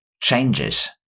changes